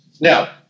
Now